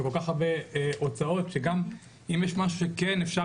וכל כך הרבה הוצאות שאם יש משהו שכן אפשר